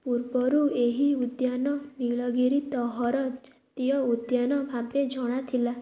ପୂର୍ବରୁ ଏହି ଉଦ୍ୟାନ ନୀଳଗିରି ତହ୍ର ଜାତୀୟ ଉଦ୍ୟାନ ଭାବେ ଜଣାଥିଲା